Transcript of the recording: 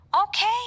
Okay